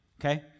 Okay